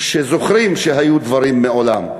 לאנשים שזוכרים שהיו דברים מעולם.